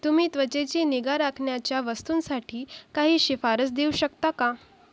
तुम्ही त्वचेची निगा राखण्याच्या वस्तूंसाठी काही शिफारस देऊ शकता का